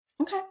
Okay